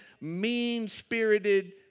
mean-spirited